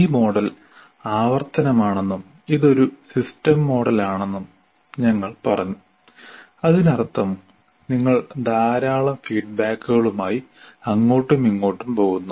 ഈ മോഡൽ ആവർത്തനമാണെന്നും ഇത് ഒരു സിസ്റ്റം മോഡലാണെന്നും ഞങ്ങൾ പറഞ്ഞു അതിനർത്ഥം നിങ്ങൾ ധാരാളം ഫീഡ്ബാക്കുകളുമായി അങ്ങോട്ടും ഇങ്ങോട്ടും പോകുന്നു